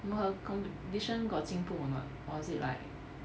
you know her condition got 进步 or not or is it like